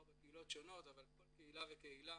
ארבע קהילות שונות אבל כל קהילה וקהילה